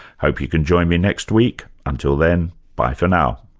hope you can join me next week. until then, bye for now